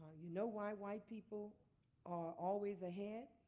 you know why white people are always ahead?